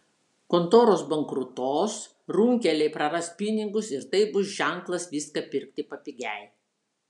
kontoros bankrutos runkeliai praras pinigus ir tai bus ženklas viską pirkti papigiai